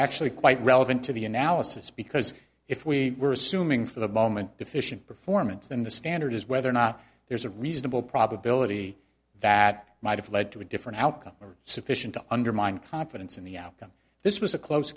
actually quite relevant to the analysis because if we were assuming for the moment deficient performance than the standard is whether or not there's a reasonable probability that might have led to a different outcome or sufficient to undermine confidence in the outcome this was a close